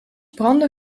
brandde